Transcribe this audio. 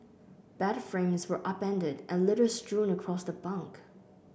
bed frames were upended and litter strewn across the bunk